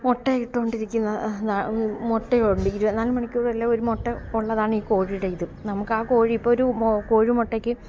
മുട്ടയിട്ടു കൊണ്ടിരിക്കുന്ന നാ മുട്ടയുണ്ട് ഇരുപത്തി നാല് മണിക്കൂറും അല്ലേ ഒരു മുട്ട ഉള്ളതാണീ കോഴിയുടെ ഇതു നമുക്കാക്കോഴി ഇപ്പൊരു മോ കോഴിമുട്ടക്ക്